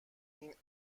این